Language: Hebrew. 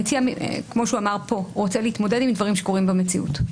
המציע, הוא רוצה להתמודד עם דברים שקורים במציאות.